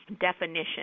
definition